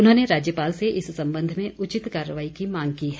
उन्होंने राज्यपाल से इस संबंध में उचित कार्रवाई की मांग की है